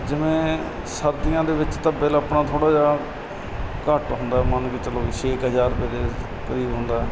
ਜਿਵੇਂ ਸਰਦੀਆਂ ਦੇ ਵਿੱਚ ਤਾਂ ਬਿੱਲ ਆਪਣਾ ਥੋੜ੍ਹਾ ਜਿਹਾ ਘੱਟ ਹੁੰਦਾ ਮੰਨ ਕੇ ਚੱਲੋ ਛੇ ਕੁ ਹਜ਼ਾਰ ਰੁਪਏ ਦੇ ਕਰੀਬ ਹੁੰਦਾ